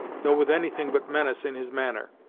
though with anything but menace in his manner.